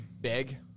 Big